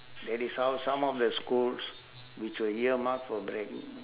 that is how some of the schools which were year marked for break